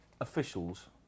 officials